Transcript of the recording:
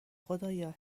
خدایا